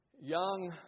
Young